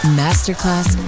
masterclass